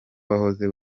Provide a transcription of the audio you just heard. wahoze